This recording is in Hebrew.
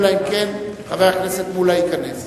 אלא אם כן חבר הכנסת מולה ייכנס.